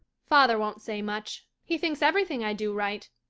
father won't say much. he thinks everything i do right.